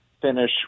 Finish